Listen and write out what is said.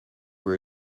were